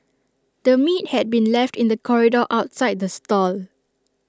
the meat had been left in the corridor outside the stall